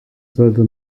sollte